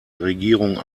regierung